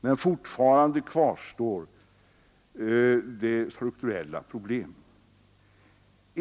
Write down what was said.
Men fortfarande kvarstår de strukturella problemen.